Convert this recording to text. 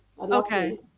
okay